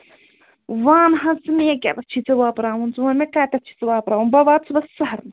وَن حظ ژٕ مےٚ یہِ کیٛاہ بہٕ چھُے ژےٚ وۅپراوُن ژٕ وَن مےٚ کَتٮ۪تھ چھُے ژےٚ وۅپراوُن بہٕ واتہٕ صُبَحس سہرن